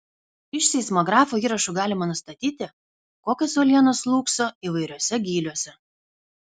iš seismografo įrašų galima nustatyti kokios uolienos slūgso įvairiuose gyliuose